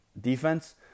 defense